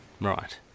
right